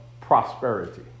prosperity